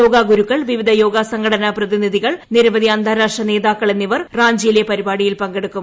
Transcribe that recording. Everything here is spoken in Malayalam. യോഗഗുരുക്കൾ വിവിധ യോഗ സംഘടനാ പ്രതിനിധികൾ നിരവധി അന്താരാഷ്ട്ര നേതാക്കൾ എന്നിവർ റാഞ്ചിയിലെ പരിപാടിയിൽ പങ്കെടുക്കും